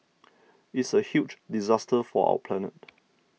it's a huge disaster for our planet